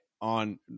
on